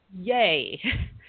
yay